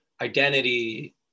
identity